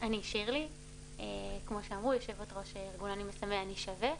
אני שירלי, יו"ר ארגון אני מסמן אני שווה.